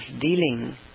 dealing